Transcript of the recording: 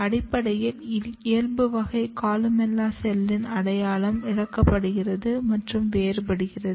அடிப்படையில் இயல்பு வகை கொலுமெல்லா செல்லின் அடையாளம் இழக்கப்படுகிறது மற்றும் வேறுபடுகிறது